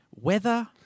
Weather